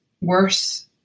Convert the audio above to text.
worse